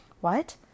What